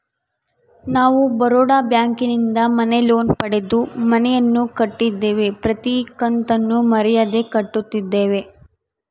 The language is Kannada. ನಾವು ಬರೋಡ ಬ್ಯಾಂಕಿನಿಂದ ಮನೆ ಲೋನ್ ಪಡೆದು ಮನೆಯನ್ನು ಕಟ್ಟಿದ್ದೇವೆ, ಪ್ರತಿ ಕತ್ತನ್ನು ಮರೆಯದೆ ಕಟ್ಟುತ್ತಿದ್ದೇವೆ